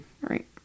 Right